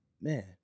man